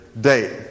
date